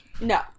No